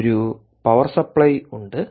ഒരു power supply ഉണ്ട്